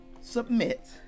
submit